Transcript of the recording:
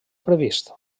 previst